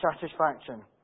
satisfaction